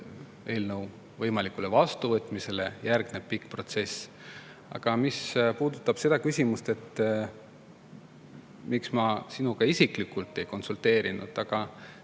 eelnõu võimalikule vastuvõtmisele ka järgneb pikk protsess. Mis puudutab küsimust, miks ma sinuga isiklikult ei konsulteerinud: